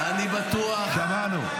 חבר הכנסת גלעד קריב, שמענו.